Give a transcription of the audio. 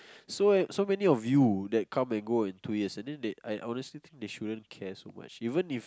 so when so many of you that come and go in two years and then they I honestly think they shouldn't care so much even if